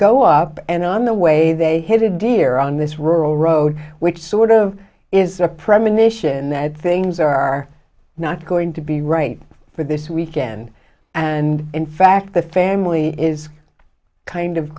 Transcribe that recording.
go up and on the way they hit a deer on this rural road which sort of is a premonition that things are not going to be right for this weekend and in fact the family is kind of